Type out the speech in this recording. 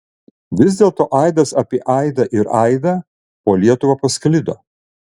vis dėlto aidas apie aidą ir aidą po lietuvą pasklido